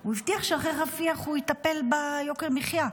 הוא הבטיח שאחרי רפיח הוא יטפל ביוקר המחיה.